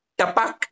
tapak